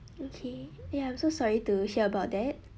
okay ya I'm so sorry to hear about that